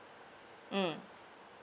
mm